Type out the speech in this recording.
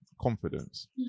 confidence